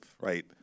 right